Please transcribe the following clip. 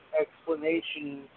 explanation